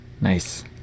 Nice